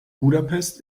budapest